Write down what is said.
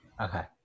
okay